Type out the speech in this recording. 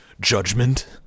judgment